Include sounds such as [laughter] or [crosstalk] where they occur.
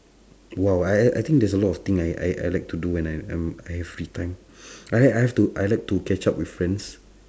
!wow! I I I think there's a lot of thing I I I like to do when I um I have free time [breath] I h~ I have to I like to catch up with friends